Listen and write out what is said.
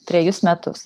trejus metus